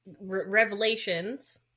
revelations